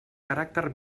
caràcter